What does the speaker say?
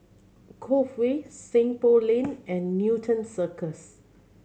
Cove Way Seng Poh Lane and Newton Cirus